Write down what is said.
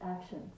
actions